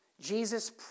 Jesus